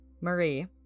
Marie